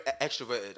extroverted